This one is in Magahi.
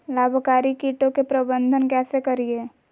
लाभकारी कीटों के प्रबंधन कैसे करीये?